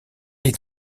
est